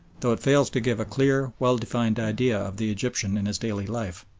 though it fails to give a clear, well-defined idea of the egyptian in his daily life.